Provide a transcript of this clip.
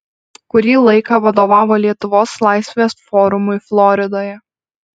kurį laiką vadovavo lietuvos laisvės forumui floridoje